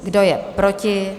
Kdo je proti?